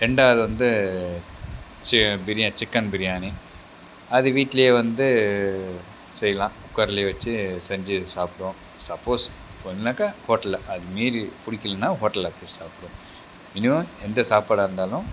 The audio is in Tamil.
ரெண்டாவது வந்து சே பிரியா சிக்கன் பிரியாணி அது வீட்டிலேயே வந்து செய்யலாம் குக்கரில் வெச்சு செஞ்சு சாப்பிடுவோம் சப்போஸ் ஹோட்டலில் அது மீறி பிடிக்கிலனா ஹோட்டலில் போயி சாப்பிடுவோம் இன்னும் எந்த சாப்பாடாக இருந்தாலும்